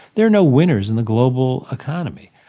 there are no winners in the global economy.